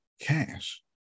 cash